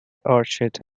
orchid